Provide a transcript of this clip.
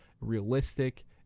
realistic